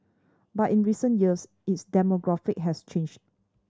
but in recent years its demographic has changed